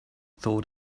thought